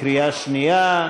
בקריאה שנייה,